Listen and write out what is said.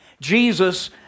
Jesus